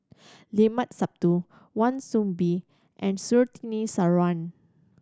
Limat Sabtu Wan Soon Bee and Surtini Sarwan